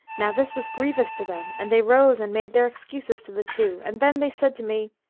now this was grievous to them and they rose and made their excuses to the two and then they said to me,